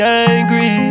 angry